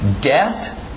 death